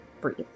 breathe